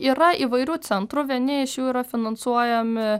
yra įvairių centrų vieni iš jų yra finansuojami